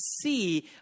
see